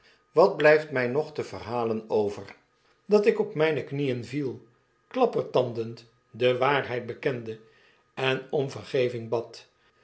wat blyft my nog te verb alen over datik op myne knieen viel klappertandend de waarheid bekende en om vergeving bad